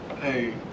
Hey